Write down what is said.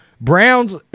Brown's